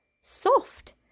soft